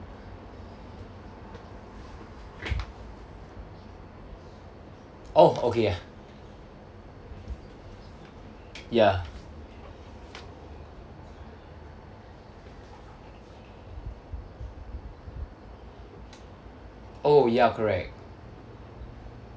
oh okay ya ya oh ya correct